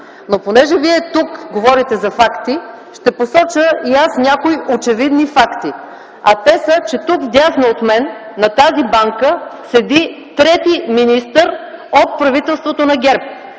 Но понеже Вие тук говорите за факти, ще посоча и аз някои очевидни факти. Те са, че тук вдясно от мен, на тази банка, седи трети министър от правителството на ГЕРБ,